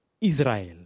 Israel